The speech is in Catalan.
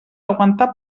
aguantar